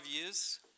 years